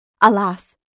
alas